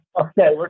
Okay